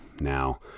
Now